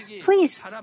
please